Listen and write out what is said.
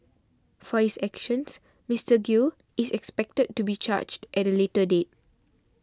for his actions Mister Gill is expected to be charged at a later date